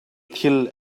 thil